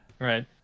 Right